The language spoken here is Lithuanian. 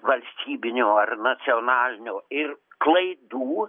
valstybinio ar nacionalinio ir klaidų